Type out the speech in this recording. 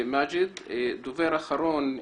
הדובר האחרון,